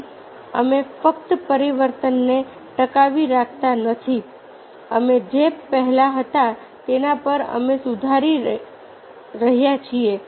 તેથી અમે ફક્ત પરિવર્તનને ટકાવી રાખતા નથી અમે જે પહેલા હતા તેના પર અમે સુધારી રહ્યા છીએ